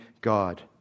God